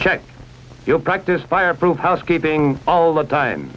check your practice fire prove housekeeping all the time